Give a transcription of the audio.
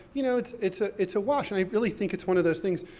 you know, it's, it's ah it's a wash, and i really think it's one of those things.